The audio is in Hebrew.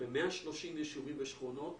ב-130 יישובים ושכונות